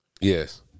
Yes